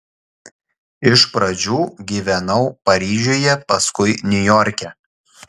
iš pradžių gyvenau paryžiuje paskui niujorke